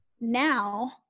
now